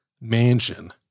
Mansion